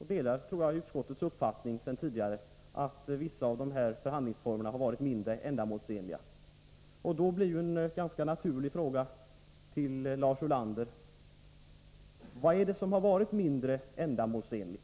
den uppfattning utskottet tidigare framförde, att vissa förhandlingsformer har varit mindre ändamålsenliga. Mot den bakgrunden blir en ganska naturlig fråga till Lars Ulander: Vad är det som har varit mindre ändamålsenligt?